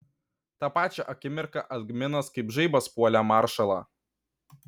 tą pačią akimirką algminas kaip žaibas puolė maršalą